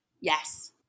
Yes